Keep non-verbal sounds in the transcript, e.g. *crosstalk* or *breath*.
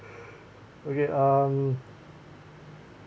*breath* okay um